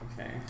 Okay